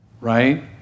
Right